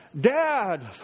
dad